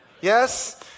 Yes